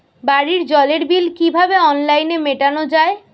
বাড়ির জলের বিল কিভাবে অনলাইনে মেটানো যায়?